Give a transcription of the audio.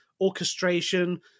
orchestration